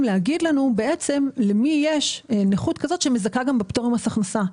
לומר לנו למי יש נכות שמזכה גם בפטור ממס הכנסה,